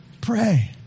Pray